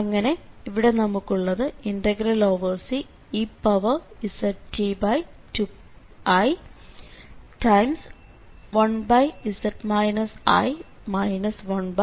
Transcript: അങ്ങനെ ഇവിടെ നമുക്കുള്ളത് Cezt2i1z i 1zidt